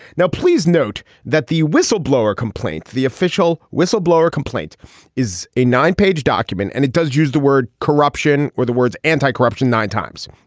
now please note that the whistleblower complaint the official whistleblower complaint is a nine page document and it does use the word corruption or the words anti-corruption nine times.